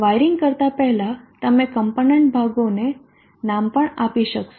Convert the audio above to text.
wiring કરતા પહેલાં તમે કમ્પોનન્ટ ભાગોને નામ પણ આપી શકશો